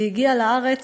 והגיע לארץ.